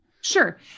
sure